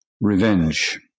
revenge